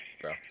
bro